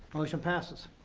motion passes.